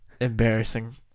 Embarrassing